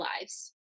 lives